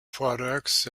products